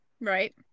right